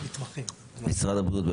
משרד הבריאות,